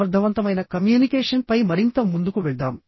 సమర్థవంతమైన కమ్యూనికేషన్పై మరింత ముందుకు వెళ్దాం